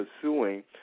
pursuing